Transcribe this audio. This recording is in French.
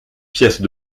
pièces